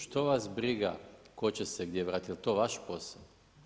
Što vas briga tko će se gdje vratiti, jel to vaš posao?